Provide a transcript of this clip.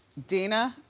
dina,